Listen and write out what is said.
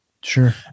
sure